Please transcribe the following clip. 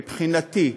מבחינתי,